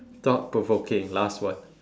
thought provoking last one